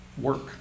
work